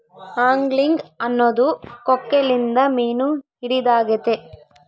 angling ಅನ್ನೊದು ಕೊಕ್ಕೆಲಿಂದ ಮೀನು ಹಿಡಿದಾಗೆತೆ